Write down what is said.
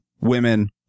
women